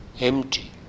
empty